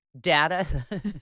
Data